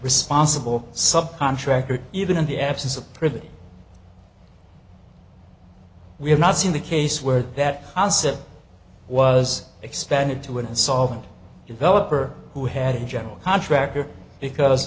responsible sub contractor even in the absence of pretty we have not seen the case where that concept was extended to an insolvent developer who had a general contractor because